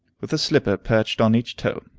with a slipper perched on each toe.